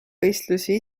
võistlusi